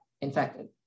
infected